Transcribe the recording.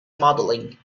modeling